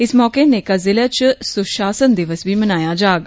इस मौके नेकां ज़िले च सुशासन दिवस बी मनाया जाग